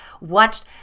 watched